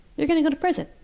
you're going to go to prison.